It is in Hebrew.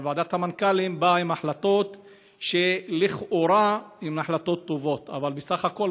ועדת המנכ"לים באה עם החלטות שלכאורה הן החלטות טובות אבל בסך הכול,